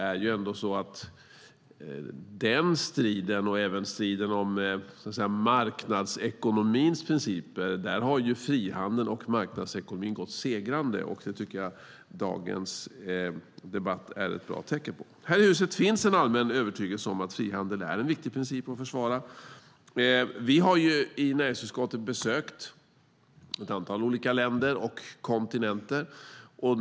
Ur den striden och striden om marknadsekonomins principer har frihandeln och marknadsekonomin gått segrande. Det är dagens debatt ett bra tecken på. Här i huset finns en övertygelse om att frihandel är en viktig princip att försvara. Vi i näringsutskottet har besökt ett antal olika länder och kontinenter.